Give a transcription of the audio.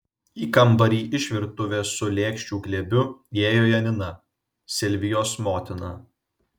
į kambarį iš virtuvės su lėkščių glėbiu įėjo janina silvijos motina